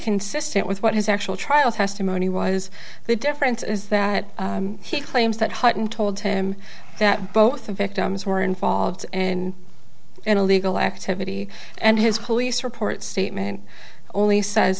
consistent with what his actual trial testimony was the difference is that he claims that hutton told him that both the victims were involved in an illegal activity and his police report statement only says